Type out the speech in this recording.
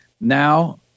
Now